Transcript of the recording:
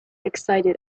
excited